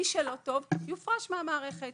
מי שלא טוב יופרש מהמערכת.